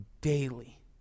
daily